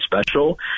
special